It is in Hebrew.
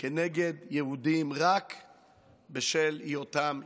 נגד יהודים רק בשל היותם יהודים.